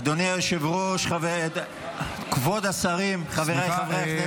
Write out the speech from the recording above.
אדוני היושב-ראש, כבוד השרים, חבריי חברי הכנסת.